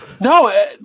No